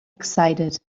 excited